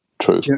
true